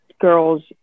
girls